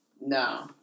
no